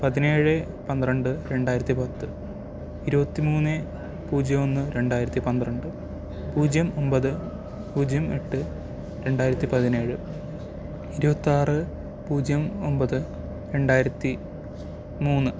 പതിനേഴ് പന്ത്രണ്ട് രണ്ടായിരത്തി പത്ത് ഇരുപത്തി മൂന്ന് പൂജ്യം ഒന്ന് രണ്ടായിരത്തി പന്ത്രണ്ട് പൂജ്യം ഒമ്പത് പൂജ്യം എട്ട് രണ്ടായിരത്തിപ്പതിനേഴ് ഇരുപത്താറ് പൂജ്യം ഒമ്പത് രണ്ടായിരത്തി മൂന്ന്